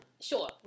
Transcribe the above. Sure